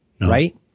right